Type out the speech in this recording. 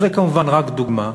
זאת כמובן רק דוגמה.